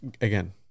Again